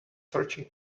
searching